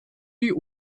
die